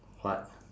what